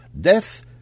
Death